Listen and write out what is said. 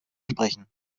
sprechen